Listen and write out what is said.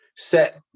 set